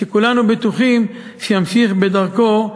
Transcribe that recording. שכולנו בטוחים שימשיך בדרכו,